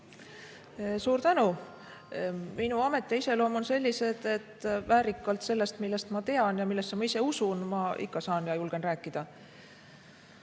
Suur tänu! Minu amet ja iseloom on sellised, et väärikalt sellest, millest ma tean ja millesse ma ise usun, ikka saan ja julgen rääkida.